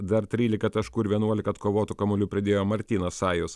dar trylika taškų ir vienuolika atkovotų kamuolių pridėjo martynas sajus